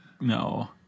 No